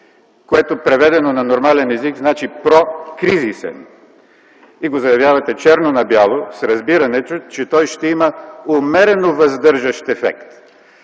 което преведено на нормален език значи прокризисен, и го заявявате черно на бяло с разбирането, че той ще има умерено въздържащ ефект.